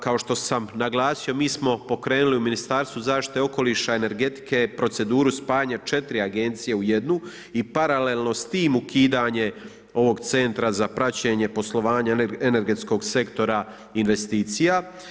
Kao što sam naglasio, mi smo pokrenuli u Ministarstvu zaštite okoliša, energetike proceduru spajanja 4 agencije u jednu i paralelno s tim ukidanje ovog centra za praćenje poslovanja energetskog sektora investicija.